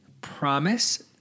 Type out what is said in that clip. promise